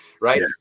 right